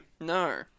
No